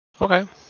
Okay